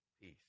peace